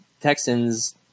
Texans